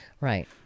right